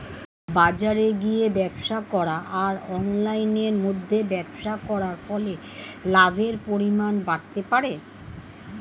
বাজারে গিয়ে ব্যবসা করা আর অনলাইনের মধ্যে ব্যবসা করার ফলে লাভের পরিমাণ বাড়তে পারে?